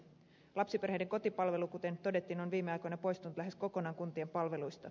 lapsiperheiden kotipalvelu kuten todettiin on viime aikoina poistunut lähes kokonaan kuntien palveluista